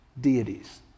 deities